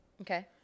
Okay